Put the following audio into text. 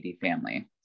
family